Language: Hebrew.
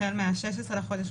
החל מ-16 בחודש,